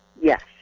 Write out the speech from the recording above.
Yes